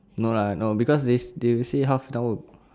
no lah no because they they will say half and hour